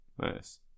Nice